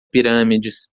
pirâmides